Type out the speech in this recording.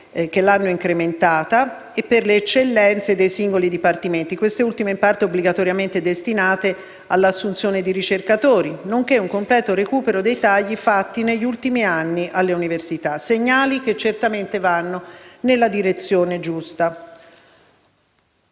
che l'hanno incrementata e per le eccellenze dei singoli dipartimenti. Parte di queste ultime sono obbligatoriamente destinate all'assunzione di ricercatori, nonché ad un completo recupero dei tagli fatti negli ultimi anni alle università. Questi sono segnali che certamente vanno nella giusta